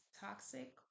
toxic